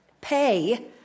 pay